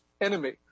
enemy